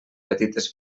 petites